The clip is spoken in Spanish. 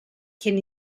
quien